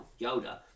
Yoda